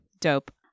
Dope